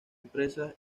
empresas